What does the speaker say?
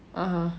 (uh huh)